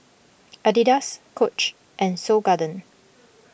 Adidas Coach and Seoul Garden